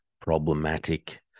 problematic